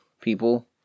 people